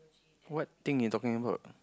what thing you talking about